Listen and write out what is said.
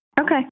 Okay